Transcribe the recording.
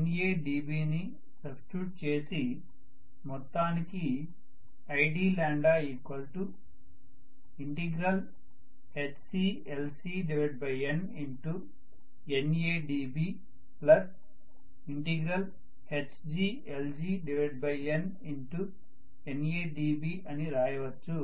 NAdB ని substitute చేసి మొత్తానికి idHclcNNAdBHglgNNAdB అని రాయవచ్చు